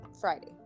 Friday